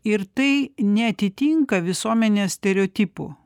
ir tai neatitinka visuomenės stereotipų